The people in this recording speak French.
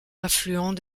affluent